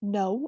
no